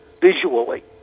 visually